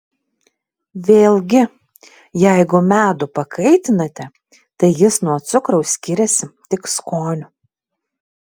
vėlgi jeigu medų pakaitinate tai jis nuo cukraus skiriasi tik skoniu